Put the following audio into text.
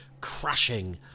crashing